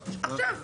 מהות.